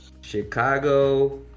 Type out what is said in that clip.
Chicago